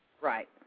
Right